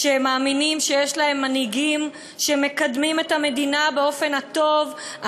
כשהם מאמינים שיש להם מנהיגים שמקדמים את המדינה באופן הטוב,